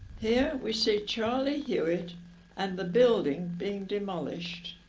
here we see charlie hewitt and the building being demolished